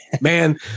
Man